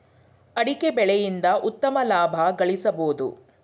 ಅಡಿಕೆ ಬೆಳೆಯಿಂದ ಉತ್ತಮ ಲಾಭ ಗಳಿಸಬೋದು